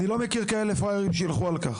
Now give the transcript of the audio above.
אני לא מכיר כאלה פראיירים שילכו על כך.